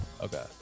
Okay